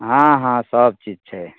हँ हँ सबचीज छै